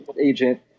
agent